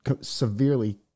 severely